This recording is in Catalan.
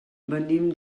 venim